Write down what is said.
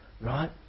Right